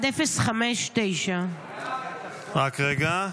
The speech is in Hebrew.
1059. רק רגע.